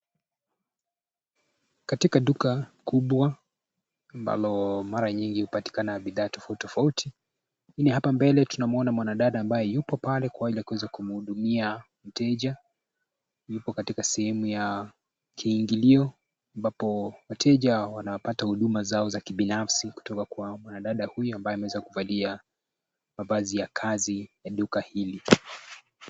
Katika duka kubwa ambalo mara nyingi hupatikana bidhaa tofauti tofauti, lakini hapa mbele tunamuona mwanadada ambaye yupo pale kwa ajili ya kuweza kumuhudumia mteja, yupo katika sehemu ya kiingilio ambapo wateja wanawapata huduma zao za kibinafsi kutoka kwa mwanadada huyo ambaye ameweza kuvalia mavazi ya kazi ya duka hili.